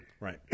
Right